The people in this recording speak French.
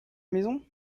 maison